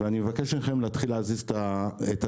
ואני מבקש מכם להתחיל להזיז את הדברים.